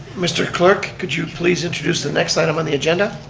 mr. clerk, could you please introduce the next item on the agenda.